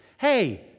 Hey